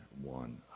one